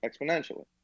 exponentially